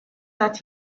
that